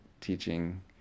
teaching